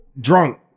drunk